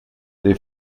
les